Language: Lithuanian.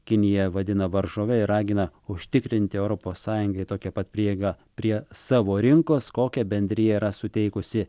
kiniją vadina varžove ir ragina užtikrinti europos sąjungai tokią pat prieigą prie savo rinkos kokią bendrija yra suteikusi